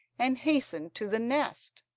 and hastened to the nest.